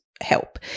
help